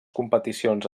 competicions